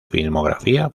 filmografía